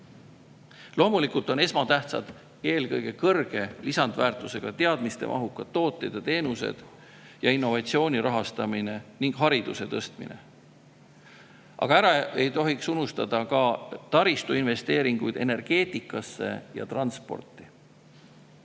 Loomulikult on esmatähtsad eelkõige kõrge lisandväärtusega teadmistemahukad tooted ja teenused, innovatsiooni ning hariduse [rahastamine]. Aga ära ei tohiks unustada ka taristuinvesteeringuid energeetikasse ja transporti.